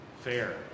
fair